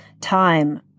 time